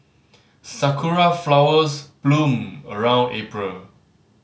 sakura flowers bloom around April